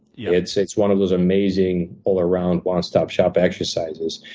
yeah it's it's one of those amazing all around one stop shop exercises.